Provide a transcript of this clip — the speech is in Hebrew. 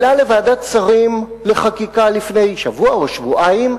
העלה לוועדת שרים לחקיקה, לפני שבוע או שבועיים,